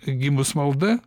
gimus malda